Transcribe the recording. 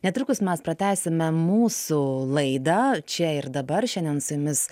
netrukus mes pratęsime mūsų laidą čia ir dabar šiandien su jumis